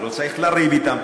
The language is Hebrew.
ולא צריך לריב אתם,